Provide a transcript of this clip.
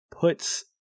puts